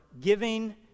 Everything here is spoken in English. giving